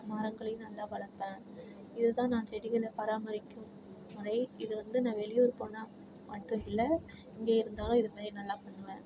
மரங்களையும் நல்லா வளர்ப்பேன் இது தான் நான் செடிகளை பராமரிக்கும் முறை இது வந்து நான் வெளியூர் போனால் மட்டும் இல்லை இங்கே இருந்தாலும் இதுமாரி நல்லா பண்ணுவேன்